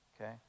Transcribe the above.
okay